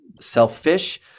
selfish